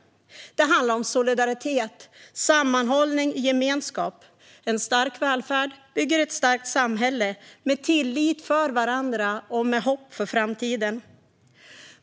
Det handlar om solidaritet, sammanhållning och gemenskap. En stark välfärd bygger ett starkt samhälle med tillit till varandra och med hopp om framtiden.